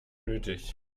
nötig